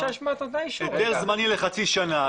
היתר זמני לחצי שנה.